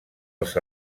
els